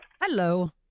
Hello